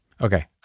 Okay